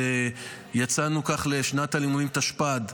שיצאנו כך לשנת הלימודים תשפ"ד,